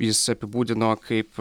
jis apibūdino kaip